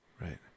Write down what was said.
Right